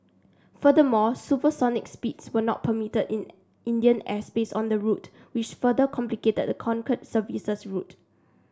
furthermore supersonic speeds were not permitted in Indian airspace on the route which further complicated the Concorde service's route